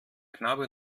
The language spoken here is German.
knabe